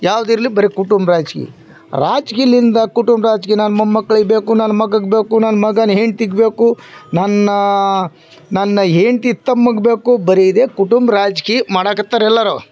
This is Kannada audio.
ಯಾವುದಿರ್ಲಿ ಬರೀ ಕುಟುಂಬ ರಾಜಕೀಯ ರಾಜಕೀಯಲಿಂದ ಕುಟುಂಬ ರಾಜಕೀಯ ನನ್ನ ಮೊಮ್ಮಕ್ಳಿಗೆ ಬೇಕು ನನ್ನ ಮಗುಗೆ ಬೇಕು ನನ್ನ ಮಗನ ಹೆಂಡ್ತಿಗೆ ಬೇಕು ನನ್ನ ನನ್ನ ಹೆಂಡ್ತಿ ತಮ್ಮಗೆ ಬೇಕು ಬರೀ ಇದೆ ಕುಟುಂಬ ರಾಜಕೀಯ ಮಾಡೋಕತ್ತಾರೆ ಎಲ್ಲರು